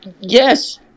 yes